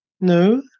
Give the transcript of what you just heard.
No